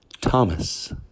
Thomas